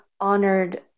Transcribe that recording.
honored